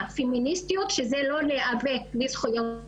פמיניסטיות שזה לא להיאבק על זכויות נשים,